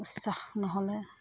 উৎসাহ নহ'লে